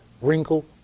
wrinkle